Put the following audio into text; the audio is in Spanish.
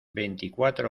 veinticuatro